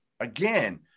Again